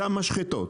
זה המשחטות,